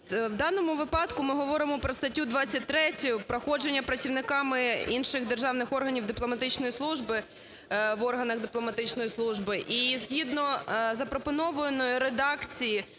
В даному випадку ми говоримо про статтю 23-ю "Проходження працівниками інших державних органів дипломатичної служби в органах дипломатичної служби" і згідно запропонованої редакції